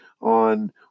on